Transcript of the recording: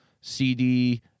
CD